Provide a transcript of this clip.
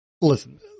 listen